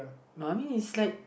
so I mean it's like